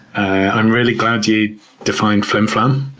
i'm really glad you defined flimflam.